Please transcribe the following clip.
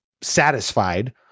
satisfied